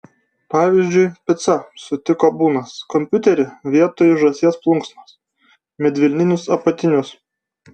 pavyzdžiui picą sutiko bunas kompiuterį vietoj žąsies plunksnos medvilninius apatinius